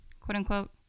quote-unquote